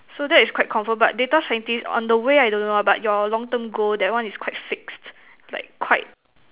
so that is quite confirm but data scientist on the way I don't know lah but your long term goal that one is quite fixed like quite